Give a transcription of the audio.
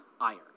iron